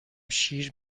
شیر